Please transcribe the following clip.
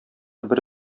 бер